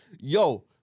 Yo